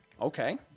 Okay